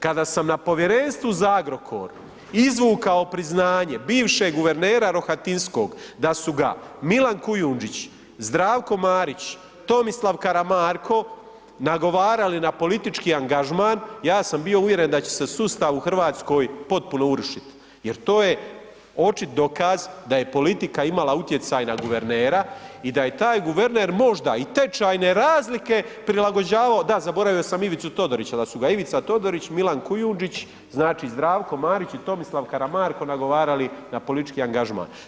Kada sam na Povjerenstvu za Agrokor izvukao priznanje bivšeg guvernera Rohatinskog da su ga Milan Kujundžić, Zdravko Marić, Tomislav Karamarko nagovarali na politički angažman, ja sam bio uvjeren da će se sustav u Hrvatskoj potpuno urušiti jer to je očit dokaz da je politika imala utjecaj na guvernera i da je taj guverner možda i tečajne razlike prilagođavao, da zaboravio sam Ivicu Todorića, da su ga Ivica Todorić, Milan Kujundžić, Zdravko Marić, Tomislav Karamarko na politički angažman.